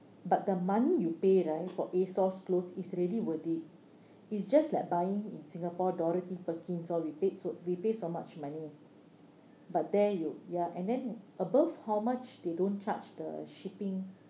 but the money you pay right for ASOS clothes is really worth it it's just like buying in singapore dorothy perkins all we paid so we pay so much money but there you ya and then above how much they don't charge the shipping